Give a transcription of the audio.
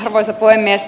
arvoisa puhemies